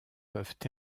peuvent